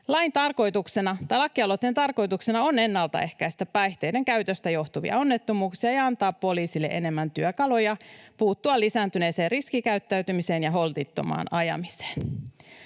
ja sähköpotkulautailijat. Lakialoitteen tarkoituksena on ennaltaehkäistä päihteiden käytöstä johtuvia onnettomuuksia ja antaa poliisille enemmän työkaluja puuttua lisääntyneeseen riskikäyttäytymiseen ja holtittomaan ajamiseen.